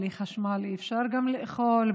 בלי חשמל אי-אפשר גם לאכול,